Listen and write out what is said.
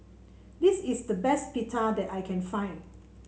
this is the best Pita that I can find